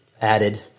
added